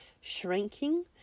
shrinking